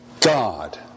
God